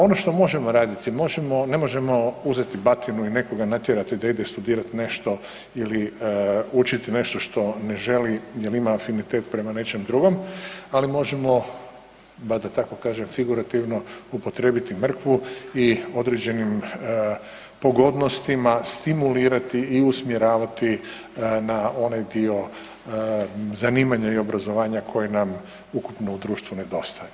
Ono što možemo raditi, možemo, ne možemo uzeti batinu i nekoga natjerati da ide studirat nešto ili učiti nešto što ne želi jel ima afinitet prema nečem drugom, ali možemo bar da tako kažem figurativno upotrijebiti mrkvu i određenim pogodnostima stimulirati i usmjeravati na onaj dio zanimanja i obrazovanja koji nam ukupno u društvu nedostaje.